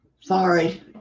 Sorry